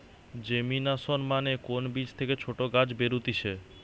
germination মানে কোন বীজ থেকে ছোট গাছ বেরুতিছে